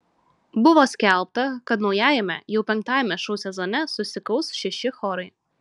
buvo skelbta kad naujajame jau penktajame šou sezone susikaus šeši chorai